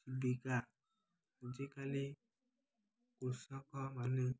ବିକା ଆଜିକାଲି କୃଷକମାନେ